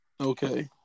Okay